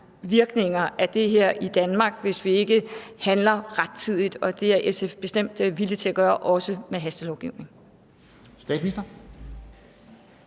virkninger af det her i Danmark, hvis vi ikke handler rettidigt, og det er SF bestemt villig til at gøre, også med hastelovgivning.